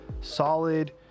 solid